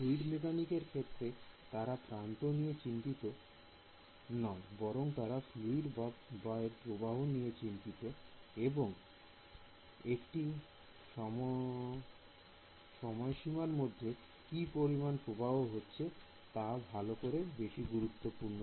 fluid mechanics এর ক্ষেত্রে তারা প্রান্ত নিয়ে চিন্তিত নয় বরং তারা ফ্লুইড এর প্রবাহ নিয়ে চিন্তিত এবং একটি সময়সীমার মধ্যে কি পরিমান প্রবাহ হচ্ছে তা হলো বেশি গুরুত্বপূর্ণ